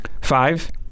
Five